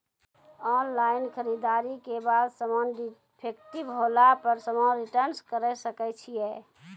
Online खरीददारी के बाद समान डिफेक्टिव होला पर समान रिटर्न्स करे सकय छियै?